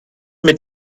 mit